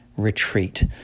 retreat